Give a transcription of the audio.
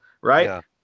right